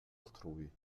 altrui